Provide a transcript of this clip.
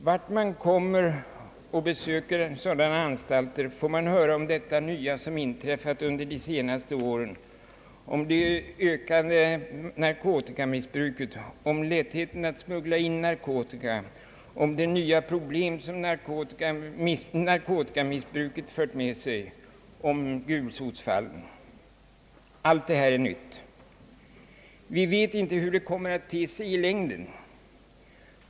Vart man kommer på besök i sådana anstalter får man höra om detta nya som har inträffat under de senaste åren, om det ökade narkotikamissbruket, om lättheten att smuggla in narkotika, om nya problem som narkotikamissbruket har fört med sig samt om gulsotsfall. Allt detta är nytt. Vi vet inte hur det kommer att te sig i längden.